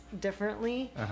differently